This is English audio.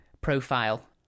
profile